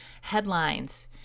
headlines